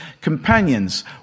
companions